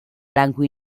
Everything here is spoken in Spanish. blanco